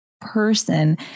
person